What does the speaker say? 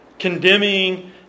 condemning